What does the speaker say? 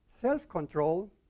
Self-control